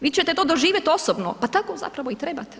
Vi ćete to doživjeti osobno, pa tako zapravo i trebate.